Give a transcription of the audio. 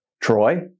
Troy